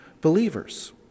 believers